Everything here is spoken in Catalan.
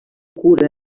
cura